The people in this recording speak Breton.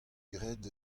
graet